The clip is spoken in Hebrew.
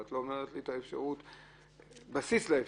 רק את לא נותנת לי בסיס לאפשרות.